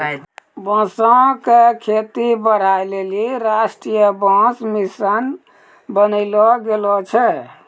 बांसो क खेती बढ़ाय लेलि राष्ट्रीय बांस मिशन बनैलो गेलो छै